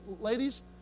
ladies